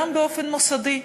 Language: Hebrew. גם באופן מוסדי,